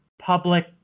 public